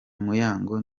muyango